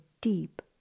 deep